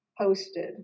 posted